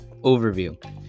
overview